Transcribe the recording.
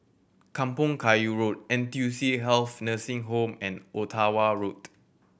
Kampong Kayu Road N T U C Health Nursing Home and Ottawa Road